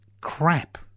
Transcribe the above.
crap